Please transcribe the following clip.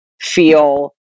feel